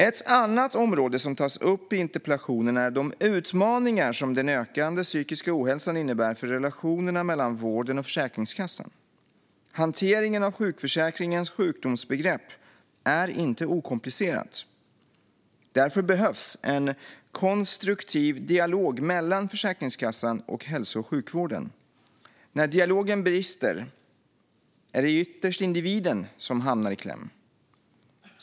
Ett annat område som tas upp i interpellationen är de utmaningar som den ökande psykiska ohälsan innebär för relationerna mellan vården och Försäkringskassan. Hanteringen av sjukförsäkringens sjukdomsbegrepp är inte okomplicerad. Därför behövs en konstruktiv dialog mellan Försäkringskassan och hälso och sjukvården. När dialogen brister är det ytterst individen som hamnar i kläm.